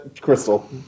Crystal